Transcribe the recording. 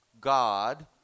God